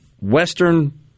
western